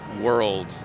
World